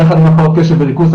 הייתי עם הפרעות קשב וריכוז,